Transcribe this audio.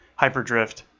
hyperdrift